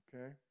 okay